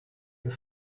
your